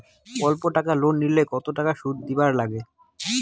অল্প টাকা লোন নিলে কতো টাকা শুধ দিবার লাগে?